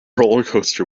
rollercoaster